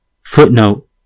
Footnote